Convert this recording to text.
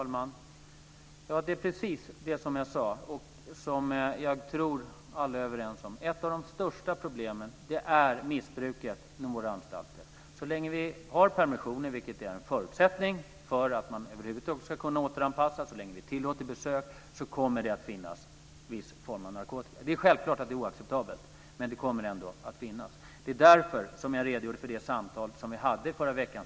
Fru talman! Det handlar om precis det jag sade, och det tror jag att alla är överens om. Ett av de största problemen är missbruket inom våra anstalter. Så länge vi har permissioner, vilket är en förutsättning för att man över huvud taget ska kunna återanpassas, och så länge vi tillåter besök kommer det att finnas en viss form av narkotika på anstalterna. Det är självklart att det är oacceptabelt, men det kommer ändå att finnas. Det är därför som jag redogjorde för det samtal som vi hade i förra veckan.